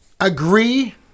agree